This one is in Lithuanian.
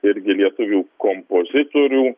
irgi lietuvių kompozitorių